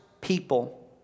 people